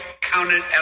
counted